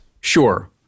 Sure